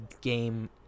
game